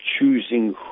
choosing